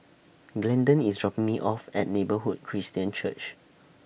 Glendon IS dropping Me off At Neighbourhood Christian Church